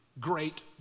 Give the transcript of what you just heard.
Great